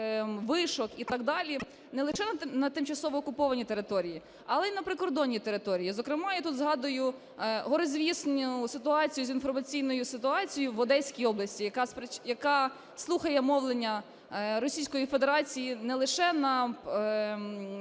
вишок і так далі не лише на тимчасово окупованій території, але й на прикордонній території? Зокрема, я тут згадую горезвісну ситуацію з інформаційною ситуацією в Одеській області, яка слухає мовлення Російської